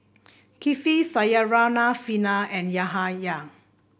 Kifli Syarafina and Yahaya